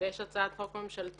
ויש הצעת חוק ממשלתית.